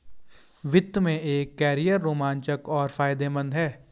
वित्त में एक कैरियर रोमांचक और फायदेमंद है